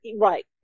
Right